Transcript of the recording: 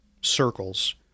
circles